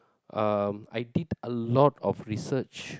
um I did a lot of research